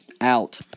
out